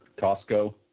Costco